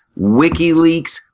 WikiLeaks